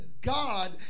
God